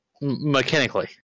mechanically